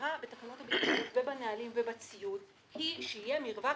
המטרה בתקנות הבטיחות ובנהלים ובציוד היא שיהיה מרווח